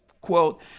quote